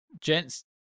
gents